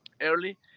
early